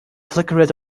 flickered